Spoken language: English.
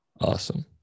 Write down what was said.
Awesome